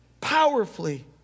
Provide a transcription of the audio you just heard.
powerfully